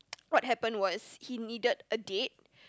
what happened was he needed a date